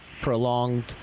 prolonged